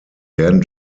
werden